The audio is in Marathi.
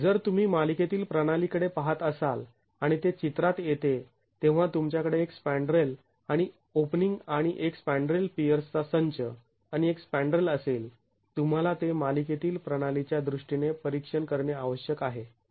जर तुम्ही मालिकेतील प्रणाली कडे पहात असाल आणि ते चित्रात येते तेव्हा तुमच्याकडे एक स्पॅण्ड्रेल आणि ओपनिंग आणि एक स्पॅण्ड्रेल पियर्स चा संच आणि एक स्पॅण्ड्रेल असेल तुम्हाला ते मालिकेतील प्रणाली च्या दृष्टीने परीक्षण करणे आवश्यक आहे